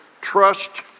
Trust